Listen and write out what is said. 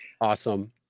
Awesome